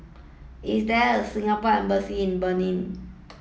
is there a Singapore Embassy in Benin